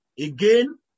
Again